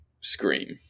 scream